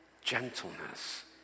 gentleness